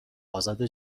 ازاده